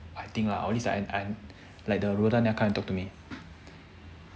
I think lah or at least I I like the rhoda never come and talk to me